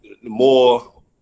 more